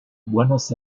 buenos